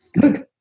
Good